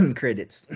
credits